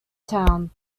town